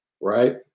right